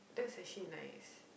that's actually nice